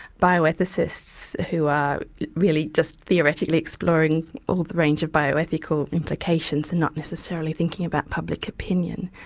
bioethicists who are really just theoretically exploring all the range of bioethical implications and not necessarily thinking about public opinion,